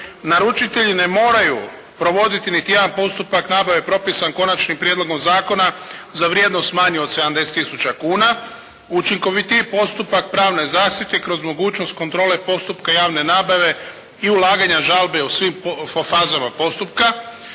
Naručitelji ne moraju provoditi niti jedan postupak nabave propisan Konačnim prijedlogom zakona za vrijednost manju od 70 000 kuna, učinkovitiji postupak pravne zaštite kroz mogućnost kontrole postupka javne nabave i ulaganja žalbe u svim fazama postupka.